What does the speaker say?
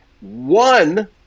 One